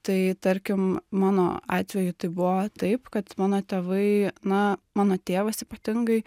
tai tarkim mano atveju tai buvo taip kad mano tėvai na mano tėvas ypatingai